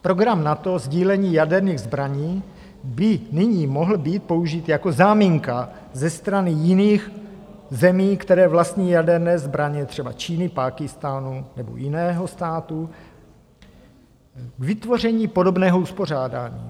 Program NATO sdílení jaderných zbraní by nyní mohl být použit jako záminka ze strany jiných zemí, které vlastní jaderné zbraně, třeba Číny, Pákistánu nebo jiného státu, k vytvoření podobného uspořádání.